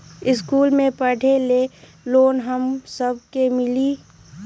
इश्कुल मे पढे ले लोन हम सब के मिली?